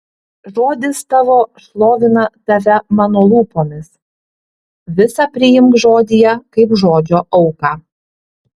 žodis tavo šlovina tave mano lūpomis visa priimk žodyje kaip žodžio auką